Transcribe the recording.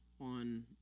on